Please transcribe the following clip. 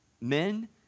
men